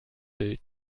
bild